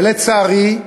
ולצערי,